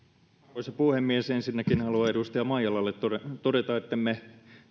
arvoisa puhemies ensinnäkin haluan edustaja maijalalle todeta todeta ettemme